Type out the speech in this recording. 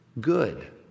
good